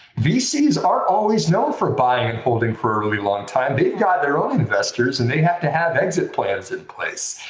vcs aren't always known for buying and holding for a really long time. they've got their own investors, and they have to have exit plans in place.